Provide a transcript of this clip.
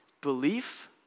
Belief